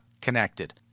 connected